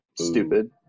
stupid